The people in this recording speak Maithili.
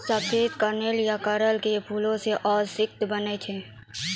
सफेद कनेर या कनेल के फूल सॅ औषधि बनै छै